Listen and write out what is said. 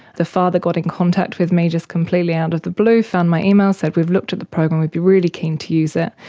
the father got in contact with me just completely out of the blue, found my email, said we've looked at the program, we'd be really keen to use it'.